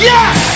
Yes